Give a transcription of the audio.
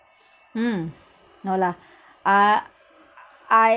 mm no lah ah I